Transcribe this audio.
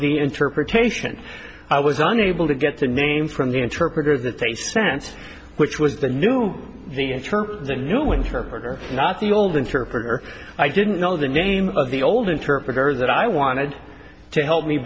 the interpretation i was unable to get the name from the interpreter that they sent which was the new the inter the new interpreter not the old interpreter i didn't know the name of the old interpreter that i wanted to help me